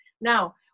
Now